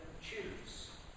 choose